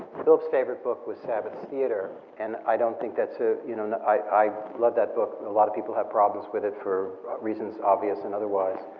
philip's favorite book was sabbath's theater, and i don't think that's, ah you know know, i love that book but a lot of people have problems with it for reasons obvious and otherwise.